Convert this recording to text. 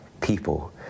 people